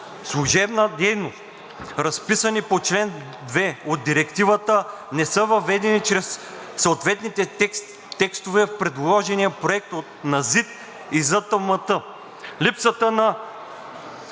служебна дейност, разписани по чл. 2 от Директивата не са въведени чрез съответните текстове в предложения проект на ЗИД и ЗТМТ. Липсата на